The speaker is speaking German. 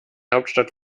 hauptstadt